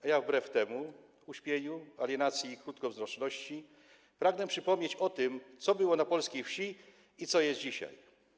A ja wbrew temu uśpieniu, alienacji i krótkowzroczności pragnę przypomnieć o tym, co było na polskiej wsi i co jest dzisiaj.